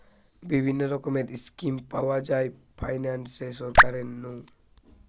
বিভিন্ন রকমের স্কিম পাওয়া যায় ফাইনান্সে সরকার নু